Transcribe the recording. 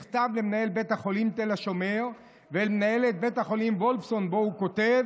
מכתב למנהל בית החולים תל השומר ולמנהלת בית החולים וולפסון ובו כתב: